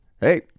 Hey